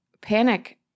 panic